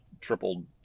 tripled